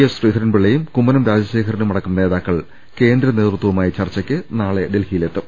S ശ്രീധരൻപിള്ളയും കുമ്മനം രാജശേഖരനുമ ടക്കം നേതാക്കൾ കേന്ദ്ര നേതൃത്വവുമായി ചർച്ചയ്ക്ക് നാളെ ഡൽഹിയിലെത്തും